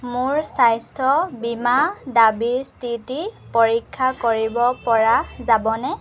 মোৰ স্বাস্থ্য বীমা দাবীৰ স্থিতি পৰীক্ষা কৰিব পৰা যাবনে